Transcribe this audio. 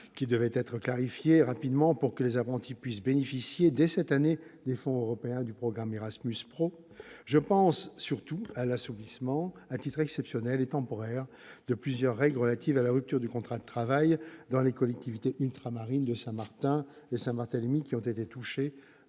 qui devaient être clarifiées rapidement pour que les apprentis puissent bénéficier dès cette année des fonds européens du programme Erasmus Pro. Je pense surtout à l'assouplissement, à titre exceptionnel et temporaire, de plusieurs règles relatives à la rupture du contrat de travail dans les collectivités ultramarines de Saint-Martin et Saint-Barthélemy, qui ont été touchées